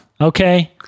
okay